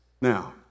Now